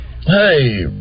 Hey